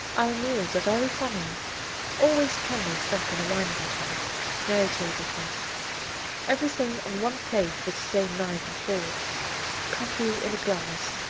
our meals are very funny always candles stuck in a wine bottle no tablecloth everything on one plate with the same knife and fork coffee in a glass,